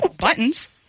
Buttons